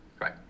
right